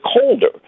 colder